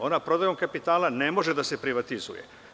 Ona prodajom kapitala ne može da se privatizuje.